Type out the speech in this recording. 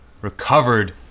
Recovered